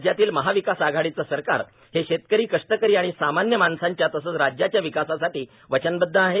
राज्यातील महाविकास आघाडीचे सरकार हे शेतकरीए कष्टकरी व सामान्य माणसांच्या तसेच राज्याच्या विकासासाठी वचनबद्ध आहे